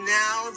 now